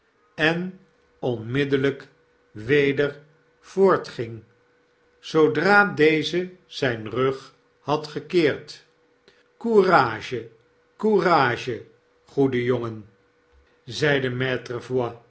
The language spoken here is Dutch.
en onmiddellfik weder voortging zoodra deze zjjn rug had gekeerd courage courage goede jongen zeide